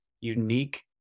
unique